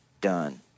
done